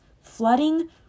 flooding